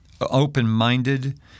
open-minded